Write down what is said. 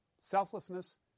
selflessness